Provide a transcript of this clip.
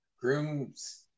Groom's